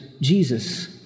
Jesus